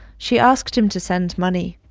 she asked him to send money.